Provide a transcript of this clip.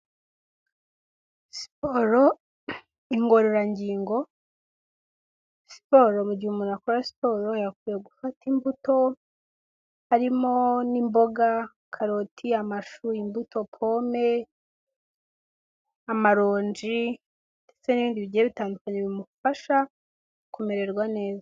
Siporo ingororangingo, siporo mu gihe umuntu akora siporo yakwiye gufata imbuto, harimo n'imboga, karoti, amashu, imbuto, pome, amaronji ndetse n'ibindi bigiye bitandukanye bimufasha kumererwa neza.